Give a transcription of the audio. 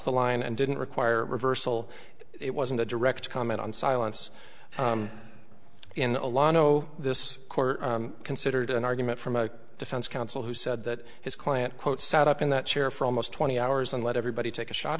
the line and didn't require reversal it wasn't a direct comment on silence in the law no this court considered an argument from a defense counsel who said that his client quote sat up in that chair for almost twenty hours and let everybody take a shot